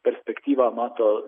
perspektyvą mato